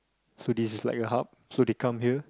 so this is like your hub so they come here